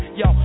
yo